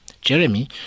Jeremy